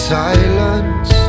silence